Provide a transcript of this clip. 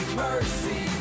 mercy